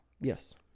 Yes